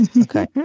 Okay